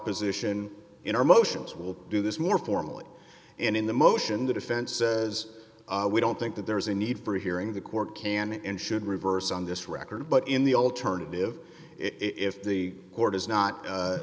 position in our motions will do this more formally and in the motion the defense says we don't think that there is a need for a hearing the court can in should reverse on this record but in the alternative if the court is not